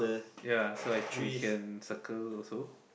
yea so I think we can circle also